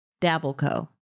DabbleCo